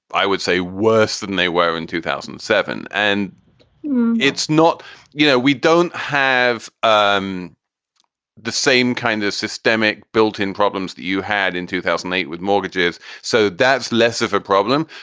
i would say worse than they were in two thousand and seven. and it's not you know, we don't have um the same kind of systemic built-in problems that you had in two thousand and eight with mortgages. so that's less of a problem.